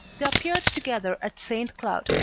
they appeared together at st. cloud,